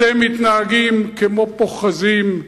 אתם מתנהגים כמו פוחזים,